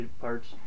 parts